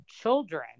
children